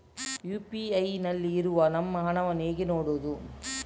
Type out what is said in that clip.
UPI ನಲ್ಲಿ ಇರುವ ನಮ್ಮ ಹಣವನ್ನು ಹೇಗೆ ನೋಡುವುದು?